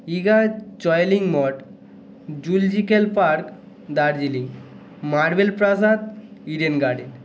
ইগার্ড জয়েলিং মঠ zoological park Darjeeling marble প্রাসাদ ইডেন গার্ডেন